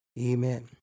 Amen